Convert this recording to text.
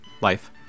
life